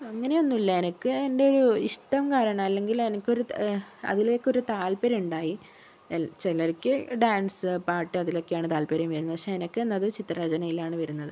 അങ്ങനെ ഒന്നുമില്ല എനിക്ക് എൻ്റെ ഒരു ഇഷ്ടം കാരണം അല്ലെങ്കിൽ എനിക്കൊരു അതിലേക്കൊരു താല്പര്യമുണ്ടായി ചിലർക്ക് ഡാൻസ് പാട്ട് അതിലൊക്കെയാണ് താല്പര്യം ഇത് പക്ഷേ എനിക്ക് എന്നത് ചിത്രരചനയിലാണ് വരുന്നത്